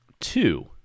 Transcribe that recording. Two